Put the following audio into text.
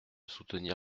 soutenir